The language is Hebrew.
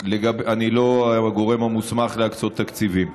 אני לא הגורם המוסמך להקצות תקציבים.